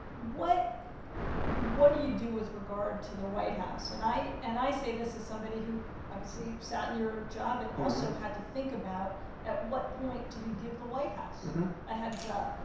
what what do you do with regard to the white house, and i and i say this as somebody who obviously sat in your job, and also had to think about at what point do you give the white house a heads up?